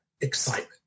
excitement